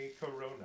Corona